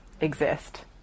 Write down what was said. exist